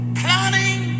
planning